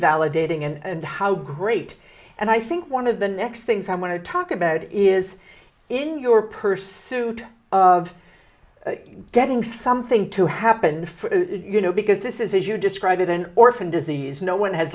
validating and how great and i think one of the next things i want to talk about is in your pursuit of of getting something to happen you know because this is as you described it an orphan disease no one has